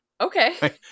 okay